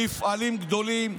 מפעלים גדולים,